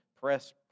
press